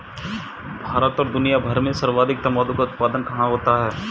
भारत और दुनिया भर में सर्वाधिक तंबाकू का उत्पादन कहां होता है?